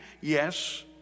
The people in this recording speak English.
yes